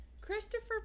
Christopher